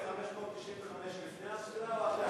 1596 לפני הספירה או אחרי הספירה?